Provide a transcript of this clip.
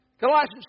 Colossians